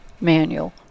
manual